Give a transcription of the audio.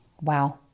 Wow